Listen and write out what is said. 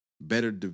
better